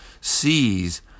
sees